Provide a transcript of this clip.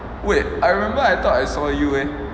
wait I remember I thought I saw you leh